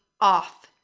off